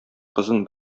кызын